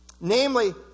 Namely